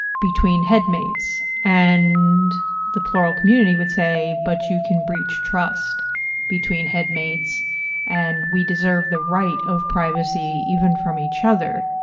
between headmates. and the plural community would say, but you can breach trust between headmates and we deserve the right of privacy, even from each other.